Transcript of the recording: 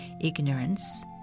ignorance